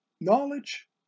Knowledge